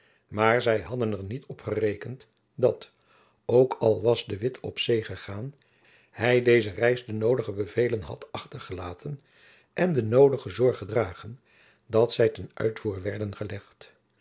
maar zy hadden er niet op gerekend dat ook al was de witt op zee gegaan hy deze reis de noodige bevelen had achter gelaten en de noodige zorg gedragen dat zy ten uitvoer werden gelegd